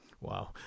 Wow